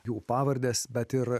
jų pavardes bet ir